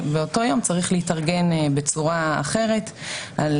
ובאותו יום צריך להתארגן בצורה אחרת על